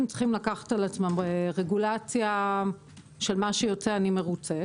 צריכים לקחת על עצמם רגולציה של "מה שיוצא אני מרוצה",